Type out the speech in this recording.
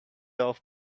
off